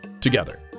together